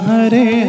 Hare